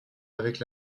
avec